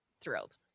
thrilled